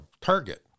target